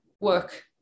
work